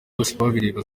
bosebabireba